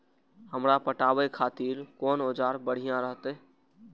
हमरा पटावे खातिर कोन औजार बढ़िया रहते?